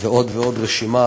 ועוד ועוד, רשימה